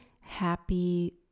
happy